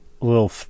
little